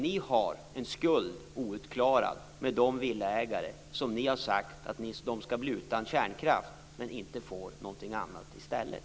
Ni har en skuld outklarad med de villaägare som ni har sagt skall bli utan kärnkraft men inte få någonting annat i stället.